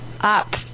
Up